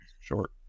short